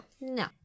no